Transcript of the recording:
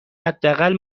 حداقل